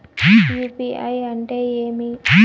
UPI అంటే ఏమి?